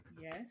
Yes